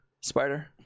spider